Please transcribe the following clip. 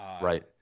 Right